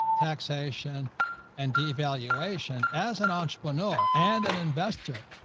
taxation and devaluation as an entrepreneur and an investor.